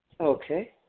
Okay